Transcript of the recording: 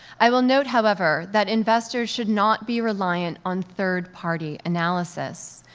i will note, however, that investors should not be reliant on third-party analysis.